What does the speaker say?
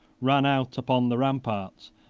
ran out upon the ramparts